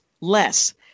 less